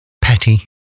petty